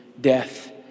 death